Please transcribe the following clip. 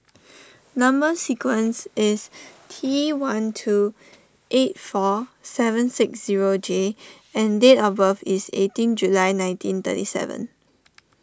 Number Sequence is T one two eight four seven six zero J and date of birth is eighteen July nineteen thirty seven